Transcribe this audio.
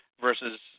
versus